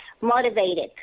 motivated